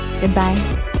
Goodbye